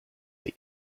but